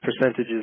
percentages